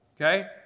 okay